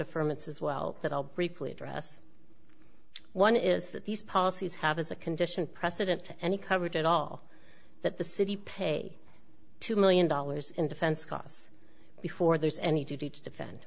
affirm and says well that i'll briefly address one is that these policies have as a condition precedent to any coverage at all that the city paid two million dollars in defense costs before there's any duty to defend